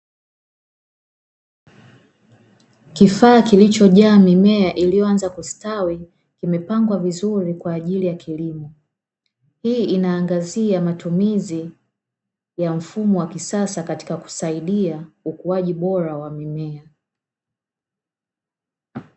Kifaa kilichojaa mimea iliyoanza kustawi, kimepangwa vizuri kwa ajili ya kilimo, hii inaangazia matumizi ya mfumo wa kisasa katika kusaidia ukuaji bora wa mimea.